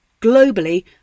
globally